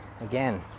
again